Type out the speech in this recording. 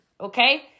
Okay